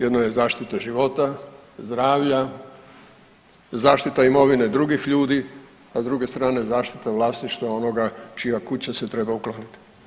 Jedno je zaštita života zdravlja, zaštita imovine drugih ljudi, a s druge strane zaštita vlasništva onoga čija kuća se treba ukloniti.